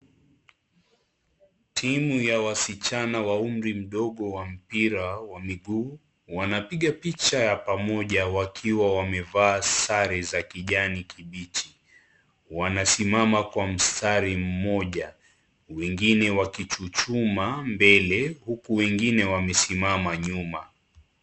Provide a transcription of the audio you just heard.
Timu ya wasichana wa umri mdogo wa mpira wa miguu wanapiga picha ya pamoja wakiwa wamevaa sare za kijani kibichi, wanasimama kwa mstari mmoja , wengine wakichuchuma mbele huku wengine wamesimama nyuma.